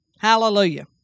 Hallelujah